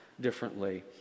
differently